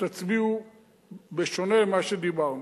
שתצביעו בשונה ממה שדיברנו.